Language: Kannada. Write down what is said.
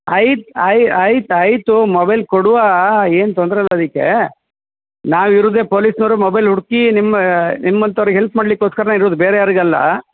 ಆಯ್ತು ಆಯ್ತು ಆಯಿತು ಮೊಬೈಲ್ ಕೊಡುವಾ ಏನು ತೊಂದರೆ ಇಲ್ಲ ಅದಕ್ಕೇ ನಾವಿರೋದೆ ಪೋಲಿಸ್ನವರು ಮೊಬೈಲ್ ಹುಡುಕಿ ನಿಮ್ಮಾ ನಿಮ್ಮಂತವ್ರಿಗೆ ಹೆಲ್ಪ್ ಮಾಡ್ಲಿಕೊಸ್ಕರ ಇರೋದ್ ಬೇರೆ ಯಾರಿಗು ಅಲ್ಲ